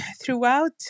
throughout